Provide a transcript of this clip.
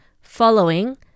following